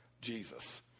Jesus